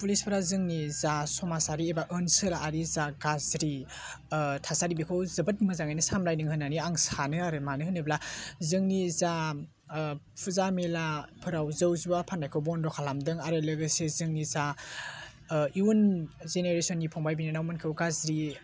पुलिसफ्रा जोंनि जा समाजारि एबा ओनसोलारि जा गाज्रि थासारि बेखौ जोबोद मोजाङैनो सामलायदों होन्नानै आं सानो आरो मानो होनोब्ला जोंनि जा फुजा मेलाफोराव जौ जुवा फान्नायखौ बन्द' खालामदों आरो लोगोसे जोंनि जा इयुन जेनेरेस'ननि फंबाय बिनानावमोनखौ गाज्रि